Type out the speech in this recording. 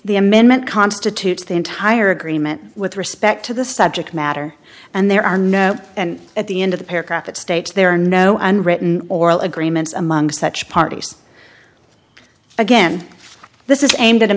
the amendment constitutes the entire agreement with respect to the subject matter and there are no and at the end of the paragraph it states there are no unwritten oral agreement among such parties again this is aimed at